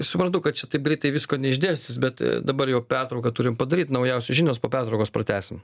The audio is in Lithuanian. suprantu kad čia taip greitai visko neišdėstys bet dabar jau pertrauką turim padaryt naujausios žinios po pertraukos pratęsim